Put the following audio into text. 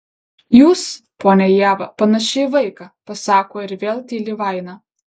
jūs ponia ieva panaši į vaiką pasako ir vėl tyli vaina